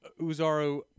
Uzaro